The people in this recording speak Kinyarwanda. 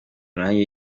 nanjye